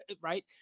right